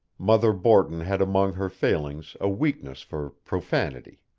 mother borton had among her failings a weakness for profanity.